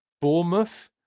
Bournemouth